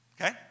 Okay